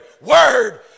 word